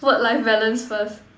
work life balance first